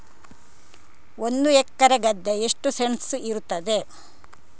ಒಂದು ಎಕರೆ ಗದ್ದೆ ಎಷ್ಟು ಸೆಂಟ್ಸ್ ಇರುತ್ತದೆ?